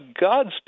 God's